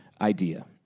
idea